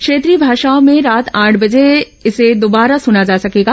क्षेत्रीय भाषाओं में रात आठ बजे इसे दोबारा सुना जा सकेगा